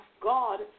God